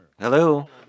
hello